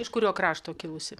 iš kurio krašto kilusi